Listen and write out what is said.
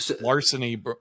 Larceny